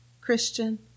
Christian